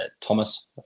thomas